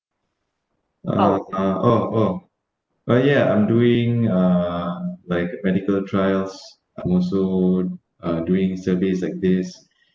ah ah oh oh ah ya I'm doing uh like medical trials I'm also uh doing surveys like this